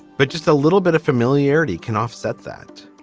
but just a little bit of familiarity can offset that.